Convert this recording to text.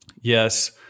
Yes